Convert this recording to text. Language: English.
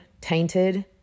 tainted